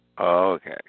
Okay